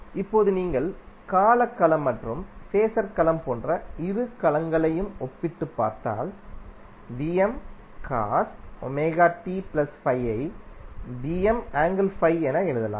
இப்போது நீங்கள் கால களம் மற்றும் ஃபேஸர் களம் போன்ற இரு களங்களையும் ஒப்பிட்டுப் பார்த்தால் ஐ என எழுதலாம்